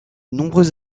nombreux